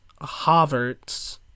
Havertz